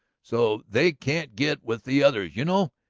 so they can't get with the others, you know.